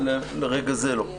לרגע זה לא.